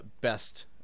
best